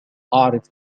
أعرف